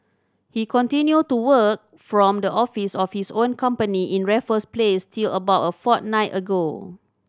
he continued to work from the office of his own company in Raffles Place till about a fortnight ago